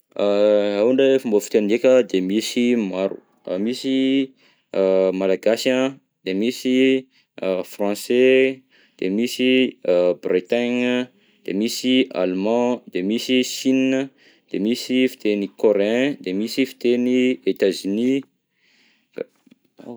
Raha ohatra hoe fomba fiteny ndraika de misy maro: a misy Malagasy an, de misy a Français de misy a Bretagne, de misy Allemand, de misy Chine, de misy fiteny coréen de misy fiteny Etats-Unis, ao.